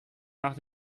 nach